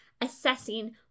assessing